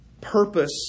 purpose